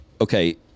Okay